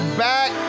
back